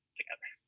together